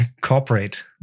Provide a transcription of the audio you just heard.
corporate